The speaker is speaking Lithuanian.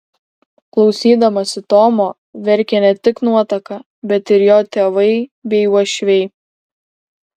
klausydamasi tomo verkė ne tik nuotaka bet ir jo tėvai bei uošviai